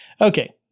Okay